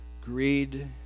greed